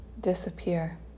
disappear